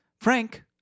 Frank